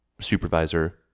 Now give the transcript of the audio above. supervisor